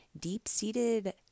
deep-seated